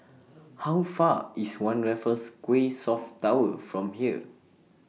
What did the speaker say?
How Far IS one Raffles Quay South Tower from here